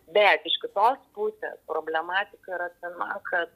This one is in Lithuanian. bet iš kitos pusės problematika yra tame kad